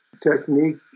technique